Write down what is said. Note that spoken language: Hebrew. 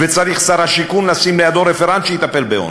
ושר השיכון צריך לשים לידו רפרנט שיטפל בעוני,